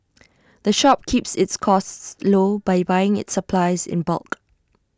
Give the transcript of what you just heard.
the shop keeps its costs low by buying its supplies in bulk